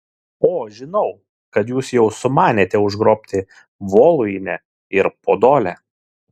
o žinau kad jūs jau sumanėte užgrobti voluinę ir podolę